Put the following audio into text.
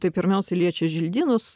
tai pirmiausiai liečia želdynus